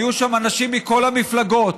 היו שם אנשים מכל המפלגות,